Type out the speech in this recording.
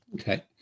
Okay